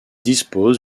disposent